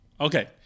okay